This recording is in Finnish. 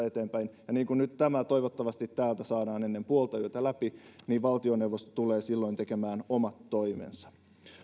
eteenpäin ja kun nyt tämä toivottavasti täältä saadaan ennen puoltayötä läpi niin valtioneuvosto tulee silloin tekemään omat toimensa